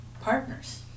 partners